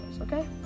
okay